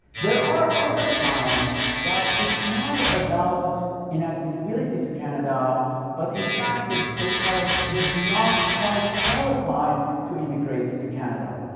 there are other times that it's not about inadmissibility to canada but in fact it's because you do not quite qualify to immigrate to canada.